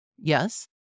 Yes